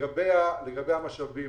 לגבי המשאבים,